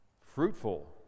fruitful